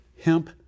hemp